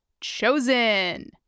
chosen